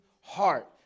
heart